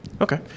Okay